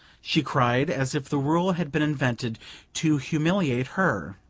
she cried, as if the rule had been invented to humiliate her.